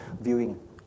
viewing